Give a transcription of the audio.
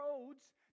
roads